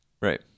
Right